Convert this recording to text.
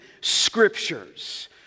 scriptures